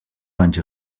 danys